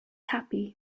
happy